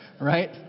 Right